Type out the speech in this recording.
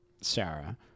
Sarah